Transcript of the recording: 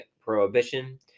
prohibition